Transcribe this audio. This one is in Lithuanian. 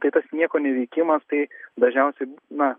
tai tas nieko neveikimas tai dažniausiai na